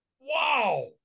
Wow